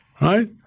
right